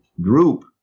group